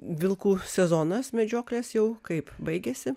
vilkų sezonas medžioklės jau kaip baigėsi